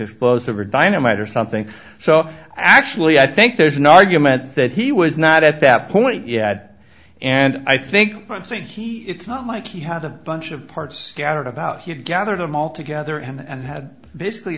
over dynamite or something so actually i think there's an argument that he was not at that point yet and i think i'm saying he it's not like he had a bunch of parts scattered about he had gathered them all together and had basically